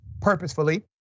purposefully